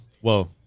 Whoa